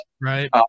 Right